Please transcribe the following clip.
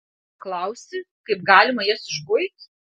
klausi kaip galima jas išguit